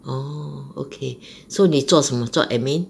orh okay so 你做什么做 admin